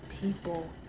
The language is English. people